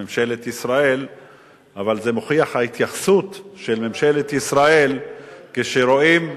גם מוכיח את ההתייחסות של ממשלת ישראל כשרואים,